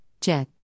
Jet